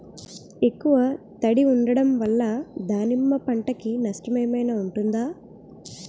ఎక్కువ తడి ఉండడం వల్ల దానిమ్మ పంట కి నష్టం ఏమైనా ఉంటుందా?